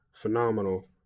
phenomenal